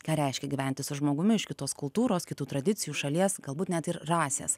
ką reiškia gyventi su žmogumi iš kitos kultūros kitų tradicijų šalies galbūt net ir rasės